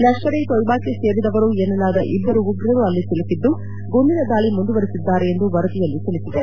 ಲಷ್ಕರ್ ಎ ತೋಯ್ಚಾಕ್ಕೆ ಸೇರಿದವರು ಎನ್ನಲಾದ ಇಬ್ಬರು ಉಗ್ರರು ಅಲ್ಲಿ ಸಿಲುಕಿದ್ದು ಗುಂಡಿನ ದಾಳಿ ಮುಂದುವರೆಸಿದ್ದಾರೆ ಎಂದು ವರದಿಯಲ್ಲಿ ತಿಳಿಸಿದೆ